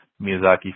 Miyazaki